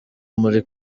muri